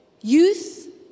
Youth